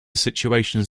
situations